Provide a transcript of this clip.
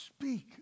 Speak